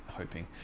hoping